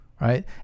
right